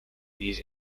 these